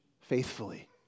faithfully